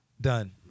Done